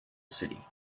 city